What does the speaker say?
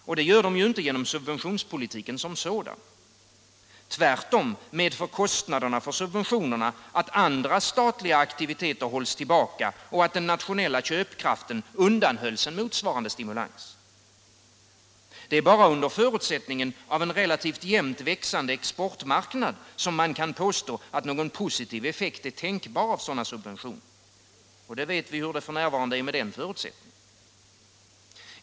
Och det gör de inte genom subventionspolitiken som sådan. Tvärtom medför kostnaderna för subventionerna att andra statliga aktiviteter hålls tillbaka och att den nationella köpkraften undanhålls motsvarande stimulans. Det är endast under förutsättningen av en relativt jämnt växande exportmarknad som man kan påstå att någon positiv effekt av sådana subventioner är tänkbar. Och vi vet ju hur det f. n. är med den förutsättningen.